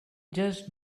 just